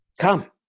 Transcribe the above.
Come